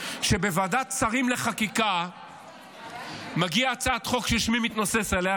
כשלוועדת שרים לחקיקה מגיעה הצעת חוק ששמי מתנוסס עליה,